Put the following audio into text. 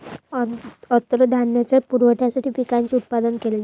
अन्नधान्याच्या पुरवठ्यासाठी पिकांचे उत्पादन केले जाते